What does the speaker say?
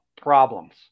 problems